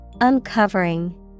Uncovering